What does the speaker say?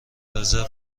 رزرو